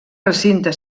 recinte